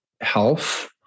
health